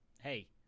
Hey